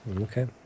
Okay